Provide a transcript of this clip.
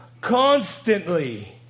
constantly